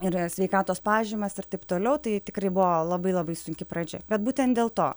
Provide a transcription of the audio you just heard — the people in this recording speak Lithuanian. ir sveikatos pažymas ir taip toliau tai tikrai buvo labai labai sunki pradžia bet būtent dėl to